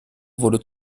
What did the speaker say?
wurde